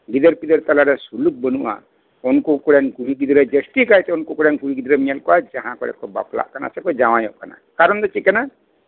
ᱜᱤᱫᱨᱟᱹᱼᱯᱤᱫᱟᱹᱨ ᱛᱟᱞᱟᱨᱮ ᱥᱩᱞᱩᱠ ᱵᱟᱹᱱᱩᱜᱼᱟ ᱩᱱᱠᱩ ᱠᱚᱨᱮᱱ ᱜᱤᱫᱽᱨᱟᱹ ᱯᱤᱫᱽᱨᱟᱹ ᱡᱟᱹᱥᱛᱤ ᱠᱟᱭᱛᱮ ᱩᱱᱠᱩ ᱠᱚᱨᱮᱱ ᱠᱩᱲᱤ ᱜᱤᱫᱽᱨᱟᱹᱢ ᱧᱮᱞ ᱠᱚᱣᱟ ᱡᱟᱦᱟᱸ ᱠᱚᱨᱮᱫ ᱠᱚ ᱵᱟᱯᱞᱟᱜ ᱠᱟᱱᱟ ᱥᱮᱠᱚ ᱡᱟᱶᱟᱭ ᱚᱜ ᱠᱟᱱᱟ ᱠᱟᱨᱚᱱ ᱫᱚ ᱪᱮᱫ ᱠᱟᱱᱟ